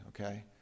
Okay